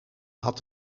had